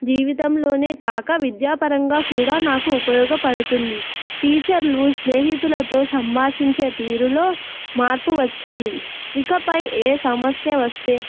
జీవితంలోనే కాక విద్యాపరంగా కూడా నాకు ఉపయోగపడుతుంది టీచర్లు స్నేహితులతో సంభాషించే తీరులో మార్పు వచ్చింది ఇకపై ఏ సమస్య వస్తే